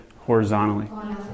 Horizontally